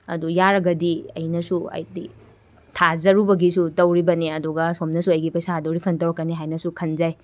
ꯑꯗꯨ ꯌꯥꯔꯒꯗꯤ ꯑꯩꯅꯁꯨ ꯍꯥꯏꯗꯤ ꯊꯥꯖꯔꯨꯕꯒꯤꯁꯨ ꯇꯧꯔꯤꯕꯅꯤ ꯑꯗꯨꯒ ꯁꯣꯝꯅꯁꯨ ꯑꯩꯒꯤ ꯄꯩꯁꯥꯗꯣ ꯔꯤꯐꯟ ꯇꯧꯔꯛꯀꯅꯤ ꯍꯥꯏꯅꯁꯨ ꯈꯟꯖꯩ